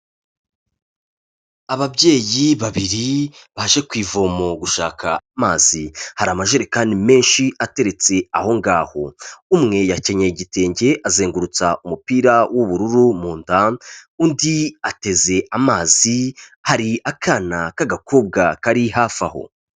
Ababyeyi babiri, baje kuvoma gushaka amazi, hari amajerekani menshi ateretse aho ngaho. Umwe yakenyeye igitenge azengurutsa umupira w'ubururu mu nda, undi ateze amazi, hari akana k'agakobwa kari hafi aho.